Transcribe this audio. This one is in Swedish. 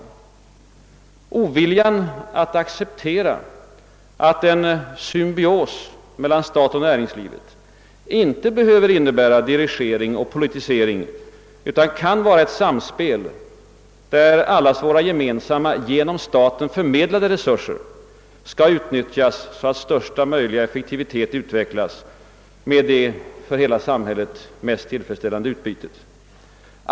Det finns en ovilja att acceptera att en symbios mellan stat och näringsliv inte behöver innebära dirigering och politisering utan kan vara ett samspel, där allas våra gemensamma, genom staten förmedlade resurser skall utnyttjas så att största möjliga effektivitet utvecklas med det för hela samhället mest tillfredsställande utbytet.